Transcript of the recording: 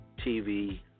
TV